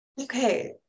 Okay